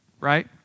right